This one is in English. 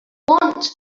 want